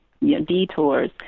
detours